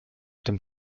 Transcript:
dem